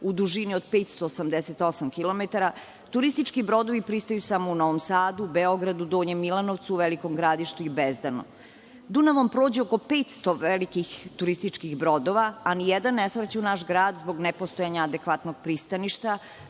u dužini od 588 kilometara turistički brodovi pristaju samo u Novom Sadu, Beogradu, Donjem Milanovcu, Velikom Gradištu i Bezdanu. Dunavom prođe oko 500 velikih turističkih brodova, a nijedan ne svraća u naš grad zbog nepostojanja adekvatnog pristaništa